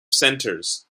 centers